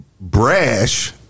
brash